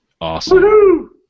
Awesome